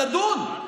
לדון?